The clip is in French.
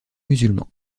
musulman